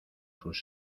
sus